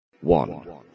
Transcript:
One